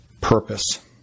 purpose